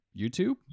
youtube